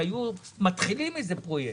שהיו מתחילים איזה פרויקט,